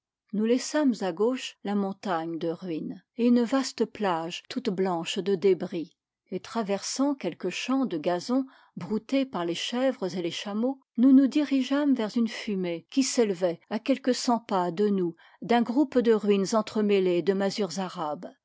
nous laissâmes à gauche la montagne deruines et une vaste plage toute blanche de débris et traversant quelques champs de gazon brouté par les chèvres et les chameaux nous nous dirigeâmes vers une fumée qui s'élevait à quelque cent pas de nous d'un groupe de ruines entremêlées de masures arabes